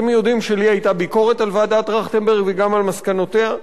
אתם יודעים שלי היתה ביקורת על ועדת-טרכטנברג וגם על מסקנותיה,